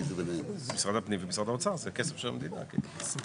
שנייה, רק דקה, רק דקה.